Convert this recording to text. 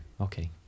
Okay